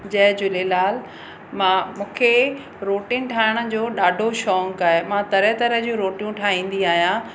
जय झूलेलाल मां मुखे रोटिनि ठाहिण जो ॾाढो शौक़ु आहे मां तरह तरह जूं रोटियूं ठाहींदी आहियां